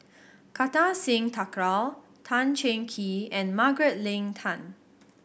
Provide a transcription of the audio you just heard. Kartar Singh Thakral Tan Cheng Kee and Margaret Leng Tan